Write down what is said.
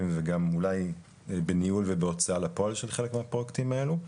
וגם אולי בניהול ובהוצאה לפועל של חלק מהפרויקטים האלו.